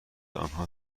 آنها